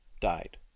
died